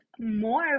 more